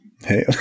Hey